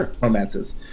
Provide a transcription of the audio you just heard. romances